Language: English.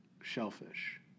shellfish